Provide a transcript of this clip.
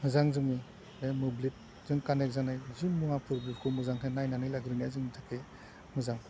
मोजां जोंनि बे मोब्लिबजों कानेक्ट जानाय मोनसे मुवाफोर बेखौ मोजांहाय नायनानै लाग्रोनाया जोंनि थाखाय मोजां